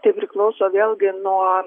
tai priklauso vėlgi nuo